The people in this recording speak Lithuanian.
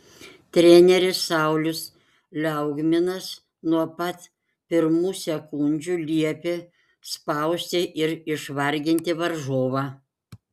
treneris saulius liaugminas nuo pat pirmų sekundžių liepė spausti ir išvarginti varžovą